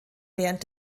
während